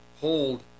hold